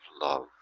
love